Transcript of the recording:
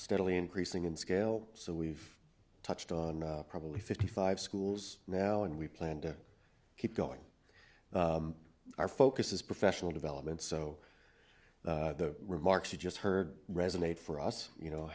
steadily increasing in scale so we've touched on probably fifty five schools now and we plan to keep going our focus is professional development so the remarks we just heard resonate for us you know